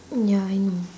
oh ya I know